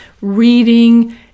reading